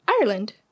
Ireland